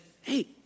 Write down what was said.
hey